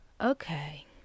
Okay